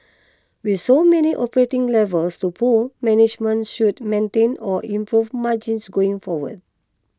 with so many operating levers to pull management should maintain or improve margins going forward